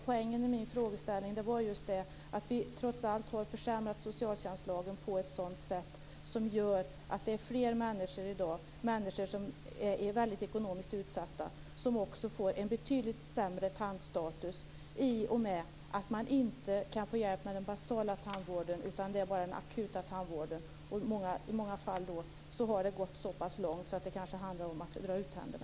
Poängen i min fråga är att socialtjänstlagen har försämrats så att fler ekonomiskt utsatta människor får en betydligt sämre tandstatus i och med att de inte kan få hjälp med den basala tandvården utan endast med den akuta tandvården. I många fall går det så pass långt att det blir fråga om att dra ut tänderna.